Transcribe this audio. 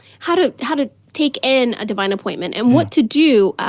how to how to take in a divine appointment, and what to do,